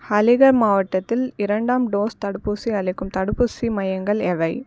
ஹலிகர் மாவட்டத்தில் இரண்டாம் டோஸ் தடுப்பூசி அளிக்கும் தடுப்பூசி மையங்கள் எவை